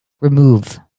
remove